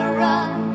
run